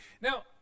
Now